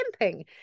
camping